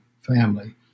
family